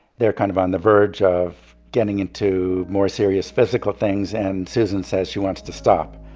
they're kind of on the verge of getting into more serious physical things. and susan says she wants to stop.